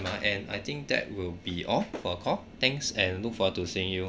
uh and I think that will be all for your call thanks and look forward to seeing you